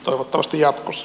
toivottavasti jatkossa